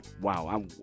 wow